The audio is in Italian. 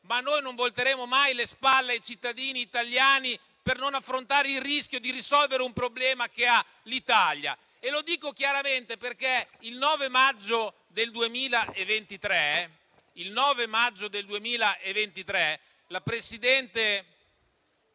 ma noi non volteremo mai le spalle ai cittadini italiani per non affrontare il rischio di risolvere un problema dell'Italia. Lo dico chiaramente perché il 9 maggio 2023, la presidente